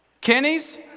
Kenny's